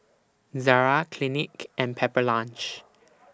Zara Clinique and Pepper Lunch